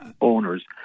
owners